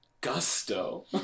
Gusto